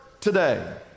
today